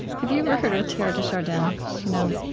have you ever heard of teilhard de chardin? do you know